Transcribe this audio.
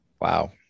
Wow